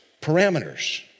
parameters